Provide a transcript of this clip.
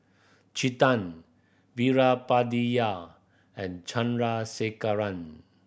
Chetan Veerapandiya and Chandrasekaran